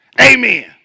Amen